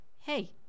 Hey